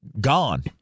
gone